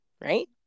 right